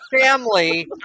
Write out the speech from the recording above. family